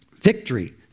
victory